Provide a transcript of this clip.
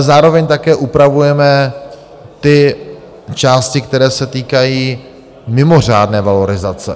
Zároveň ale také upravujeme ty části, které se týkají mimořádné valorizace.